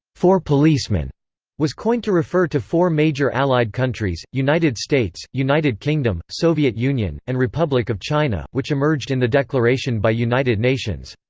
four policemen was coined to refer to four major allied countries, united states, united kingdom, soviet union, and republic of china, which emerged in the declaration by united nations.